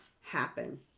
happen